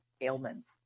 ailments